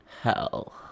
Hell